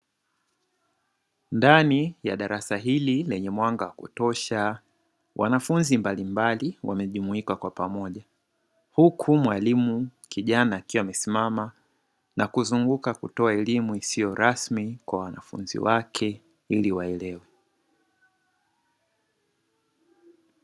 Ndani ya darasa hili lenye mwanga wa kutosha wanafunzi mbalimbali wamejumuika kwa pamoja. Huku mwalimu kijana akiwa amesimama na kuzunguka kutoa elimu isiyo rasmi kwa wanafunzi wake ili waelewe.